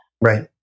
Right